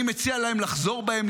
אני מציע להם לחזור בהם,